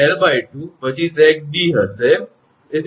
તેથી જ્યારે 𝑥 𝐿2 પછી સેગ 𝑑 હશે